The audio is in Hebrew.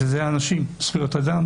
ואלה האנשים זכויות אדם,